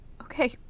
Okay